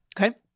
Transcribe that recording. Okay